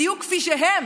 בדיוק כפי שהם